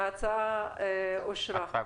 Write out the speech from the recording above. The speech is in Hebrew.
ההצעה אושרה.